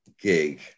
gig